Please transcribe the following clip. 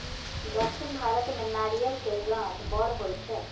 दक्खिन भारत मे नारियल केर गाछ बड़ होई छै